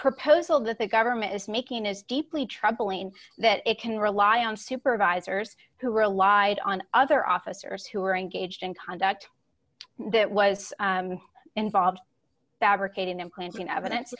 proposal that the government is making is deeply troubling and that it can rely on supervisors who relied on other officers who were engaged in conduct that was involved fabricating and planting evidence